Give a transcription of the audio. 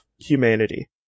humanity